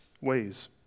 ways